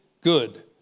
good